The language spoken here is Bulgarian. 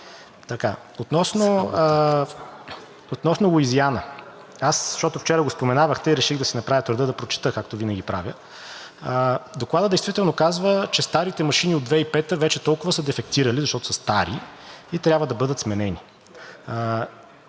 Относно Луизиана, защото вчера го споменавахте и реших да си направя труда да прочета, както винаги правя. Докладът действително казва, че старите машини от 2005 г. вече толкова са дефектирали, защото са стари и трябва да бъдат сменени.